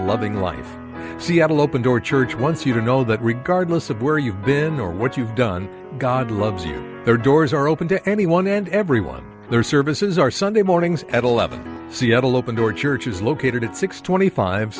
loving life will open door church once you know that regardless of where you've been or what you've done god loves you there doors are open to anyone and everyone their services are sunday mornings at eleven seattle open door church is located at six twenty five